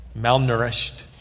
malnourished